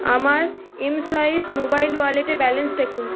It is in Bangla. আমার এমসোয়াইপ মোবাইল ওয়ালেটে ব্যালেন্স দেখুন